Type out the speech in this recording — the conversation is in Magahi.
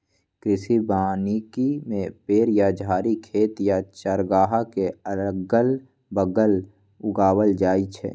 कृषि वानिकी में पेड़ या झाड़ी खेत या चारागाह के अगल बगल उगाएल जाई छई